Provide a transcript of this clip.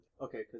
Okay